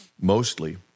mostly